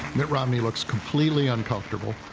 mitt romney looks completely uncomfortable.